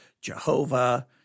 Jehovah